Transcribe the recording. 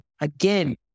Again